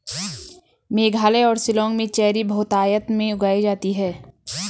मेघालय और शिलांग में चेरी बहुतायत में उगाई जाती है